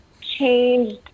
changed